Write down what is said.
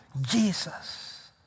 Jesus